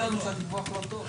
--- לנו שהדיווח לא טוב.